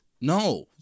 No